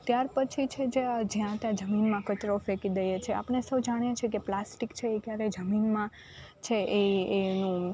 ત્યાર પછી છે જે આ જ્યાં ત્યાં જમીનમાં કચરો ફેંકી દઈએ છીએ આપણે સૌ જાણીએ છે કે પ્લાસ્ટિક છે એ ક્યારેય જમીનમાં છે એ એનું